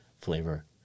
flavor